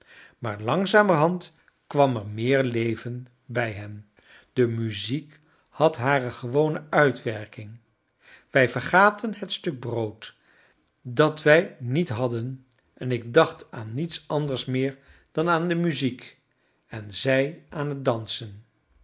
maar langzamerhand kwam er meer leven bij hen de muziek had hare gewone uitwerking wij vergaten het stuk brood dat wij niet hadden en ik dacht aan niets anders meer dan aan de muziek en zij aan het dansen